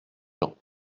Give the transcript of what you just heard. gens